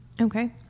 Okay